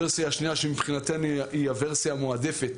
ורסיה שנייה שמבחינתנו היא הוורסיה המועדפת,